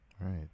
Right